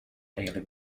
daily